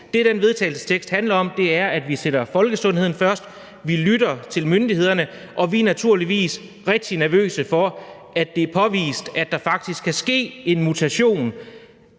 til vedtagelse handler om, er, at vi sætter folkesundheden først. Vi lytter til myndighederne, og vi er naturligvis rigtig nervøse for, at det er påvist, at der faktisk kan ske en mutation